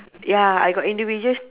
ya I got individual